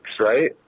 right